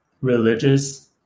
religious